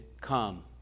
come